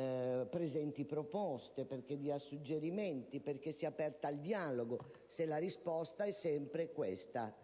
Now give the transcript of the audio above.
presenti proposte, dia suggerimenti, si apra al dialogo, se la risposta è sempre questa: